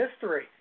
history